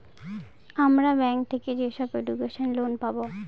আমরা ব্যাঙ্ক থেকে যেসব এডুকেশন লোন পাবো